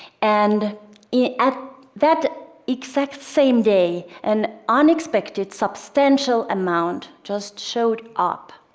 and at that exact same day, an unexpected substantial amount just showed up.